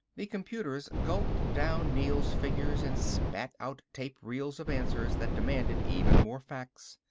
the computers gulped down neel's figures and spat out tape-reels of answers that demanded even more facts.